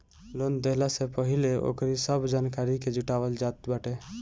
loan देहला से पहिले ओकरी सब जानकारी के जुटावल जात बाटे